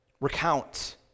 recount